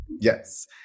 Yes